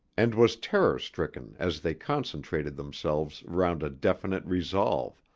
and was terror-stricken as they concentrated themselves round a definite resolve,